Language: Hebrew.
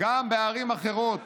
גם בערים אחרות.